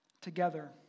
together